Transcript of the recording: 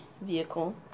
vehicle